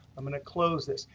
i'm going to close this.